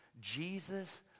Jesus